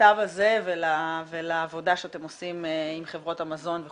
למכתב הזה ולעבודה שאתם עושים עם חברות המזון.